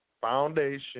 foundation